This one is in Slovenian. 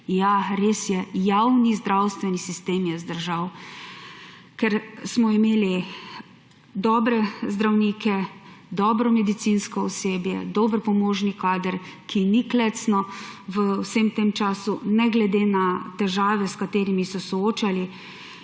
Ja, res je, javni zdravstveni sistem je vzdržal, ker smo imeli dobre zdravnike, dobro medicinsko osebje, dober pomožni kader, ki ni klecnil v vsem tem času ne glede na težave, s katerimi so se soočali.